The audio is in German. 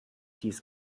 dies